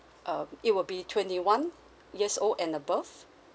um it will be twenty one years old and above